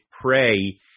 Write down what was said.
pray